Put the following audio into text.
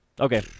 okay